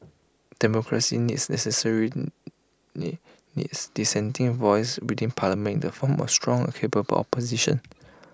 democracy needs necessarily needs dissenting voices within parliament in the form of A strong A capable opposition